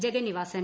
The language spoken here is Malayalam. ജഗന്നിവാസൻ